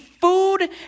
food